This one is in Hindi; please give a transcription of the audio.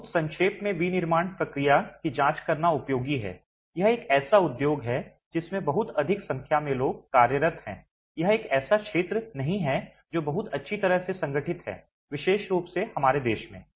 बहुत संक्षेप में विनिर्माण प्रक्रिया की जांच करना उपयोगी है यह एक ऐसा उद्योग है जिसमें बहुत अधिक संख्या में लोग कार्यरत हैं यह एक ऐसा क्षेत्र नहीं है जो बहुत अच्छी तरह से संगठित है विशेष रूप से हमारे देश में